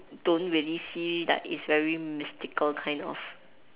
don't really see like it's very mystical kind of